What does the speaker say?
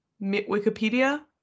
Wikipedia